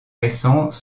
récents